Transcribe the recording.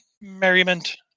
merriment